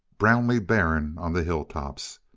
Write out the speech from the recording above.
brownly barren on the hilltops.